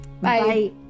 Bye